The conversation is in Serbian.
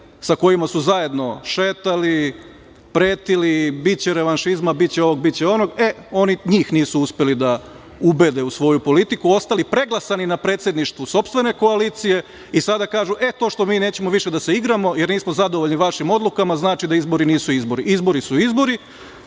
sa kojima su zajedno šetali, pretili, biće revanšizma, biće ovog, biće onog, e oni njih nisu uspeli da ubede u svoju politiku, ostali preglasani na predsedništvu sopstvene koalicije i sada kažu – e, to što mi nećemo više da se igramo jer nismo zadovoljni vašim odlukama znači da izbori nisu izbori. Izbori su izbori.